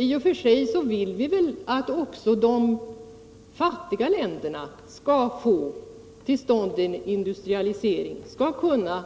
I och för sig vill vi väl att även de fattiga länderna skall få till stånd en industrialisering och kunna